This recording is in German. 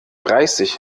dreißig